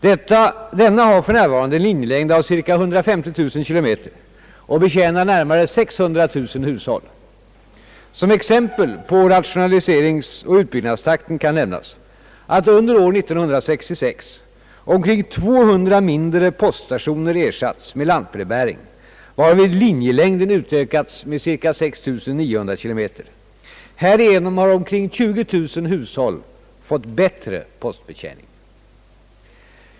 Denna har f. n. en linjelängd av ca 150 000 km och betjä nar närmare 600 000 hushåll. Som exempel på rationaliseringsoch utbyggnadstakten kan nämnas att under år 1966 omkring 200 mindre poststationer ersatts med lantbrevbäring, varvid linjelängden utökats med ca 6900 km. Härigenom har omkring 20 000 hushåll fått bättre postbetjäning.